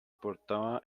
portada